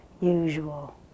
usual